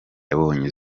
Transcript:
yabonye